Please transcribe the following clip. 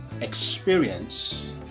experience